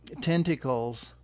tentacles